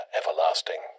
everlasting